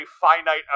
finite